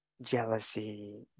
jealousy